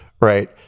right